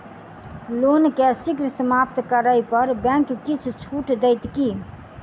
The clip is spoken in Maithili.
लोन केँ शीघ्र समाप्त करै पर बैंक किछ छुट देत की